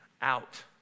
out